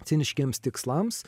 ciniškiems tikslams